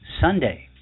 Sunday